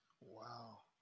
Wow